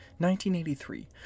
1983